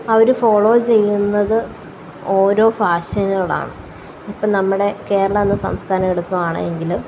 അവര് ഫോളോ ചെയ്യുന്നത് ഓരോ ഫാഷനുകളാണ് അപ്പോള് നമ്മുടെ കേരളമെന്ന സംസ്ഥാനമെടുക്കുവാണ് എങ്കില്